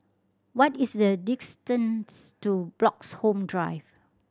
what is the distance to Bloxhome Drive